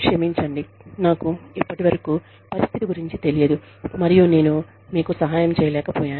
క్షమించండి నాకు ఇప్పటివరకు పరిస్థితి గురించి తెలియదు మరియు నేను మీకు సహాయం చేయలేకపోయాను